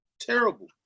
terrible